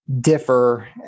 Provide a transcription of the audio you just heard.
differ